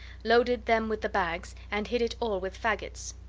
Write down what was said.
loaded them with the bags, and hid it all with fagots.